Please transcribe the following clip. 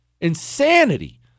Insanity